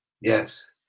Yes